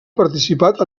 participat